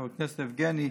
חבר הכנסת יבגני,